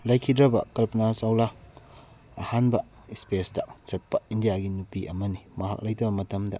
ꯂꯩꯈꯤꯗ꯭ꯔꯕ ꯀꯜꯄꯅꯥ ꯆꯧꯂꯥ ꯑꯍꯥꯟꯕ ꯏꯁꯄꯦꯁꯇ ꯆꯠꯄ ꯏꯟꯗꯤꯌꯥꯒꯤ ꯅꯨꯄꯤ ꯑꯃꯅꯤ ꯃꯍꯥꯛ ꯂꯩꯇꯕ ꯃꯇꯝꯗ